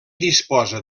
disposa